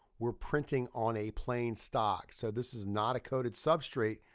we're printing on a plain stock. so this is not a coated substrate,